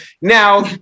Now